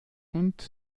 und